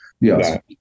Yes